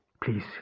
please